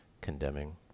condemning